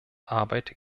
arbeit